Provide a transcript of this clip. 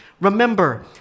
Remember